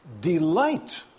delight